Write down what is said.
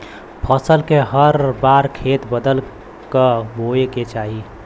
फसल के हर बार खेत बदल क बोये के चाही